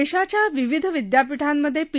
देशाच्या विविध विदयापीठांमधे पी